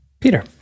Peter